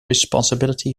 responsibility